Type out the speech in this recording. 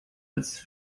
als